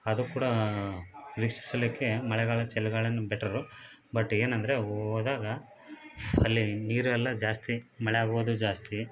ಅದು ಕೂಡ ವೀಕ್ಷಿಸಲಿಕ್ಕೆ ಮಳೆಗಾಲ ಚಳಿಗಾಲನೇ ಬೆಟರು ಬಟ್ ಏನೆಂದ್ರೆ ಹೋದಾಗ ಅಲ್ಲಿ ನೀರು ಎಲ್ಲ ಜಾಸ್ತಿ ಮಳೆ ಆಗುವುದು ಜಾಸ್ತಿ